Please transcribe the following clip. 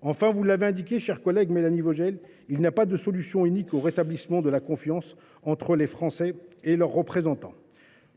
Enfin, vous l’avez indiqué, chère collègue Mélanie Vogel, il n’y a pas de solution unique au rétablissement de la confiance entre les Français et leurs représentants.